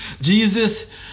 Jesus